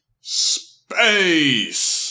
space